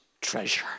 treasure